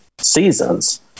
seasons